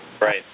Right